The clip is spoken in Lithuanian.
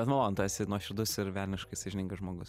bet malonu tu esi nuoširdus ir velniškai sąžiningas žmogus